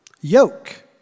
Yoke